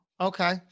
okay